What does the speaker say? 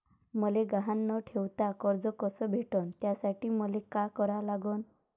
मले गहान न ठेवता कर्ज कस भेटन त्यासाठी मले का करा लागन?